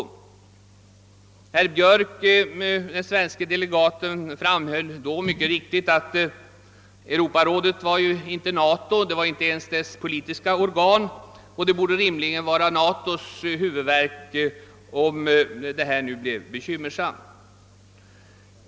Den svenske delegaten herr Björk framhöll då mycket riktigt att Europarådet ju inte var samma sak som NATO — inte ens dess politiska organ — och att det rimligen borde vara NATO:s huvudvärk om det här förhållandet blev bekymmersamt.